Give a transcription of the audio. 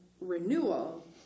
renewal